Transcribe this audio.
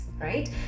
right